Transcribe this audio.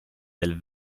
del